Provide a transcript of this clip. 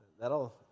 That'll